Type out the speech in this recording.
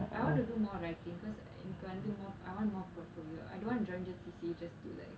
I want to do more writing because எனக்கு வந்து:enakku vanthu I want more portfolio I don't want to join C_C_A just to like